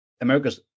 America's